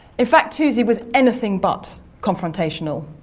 in fact, toosey was anything but confrontational.